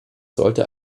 sollte